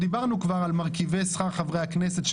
דיברנו כבר על מרכיבי שכר חברי הכנסת,